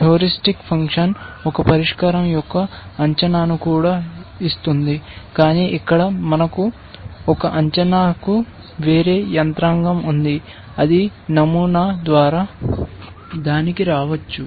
heuristic function ఒక పరిష్కారం యొక్క అంచనాను కూడా ఇస్తుంది కానీ ఇక్కడ మనకు ఒక అంచనాకు వేరే యంత్రాంగం ఉంది అది నమూనా ద్వారా దానికి రావచ్చు